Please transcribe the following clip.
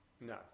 No